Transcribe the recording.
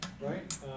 right